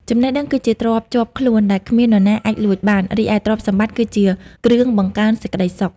ចំណេះដឹងគឺជាទ្រព្យជាប់ខ្លួនដែលគ្មាននរណាអាចលួចបាន រីឯទ្រព្យសម្បត្តិគឺជាគ្រឿងបង្កើនសេចក្តីសុខ។